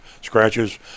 scratches